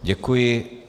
Děkuji.